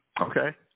Okay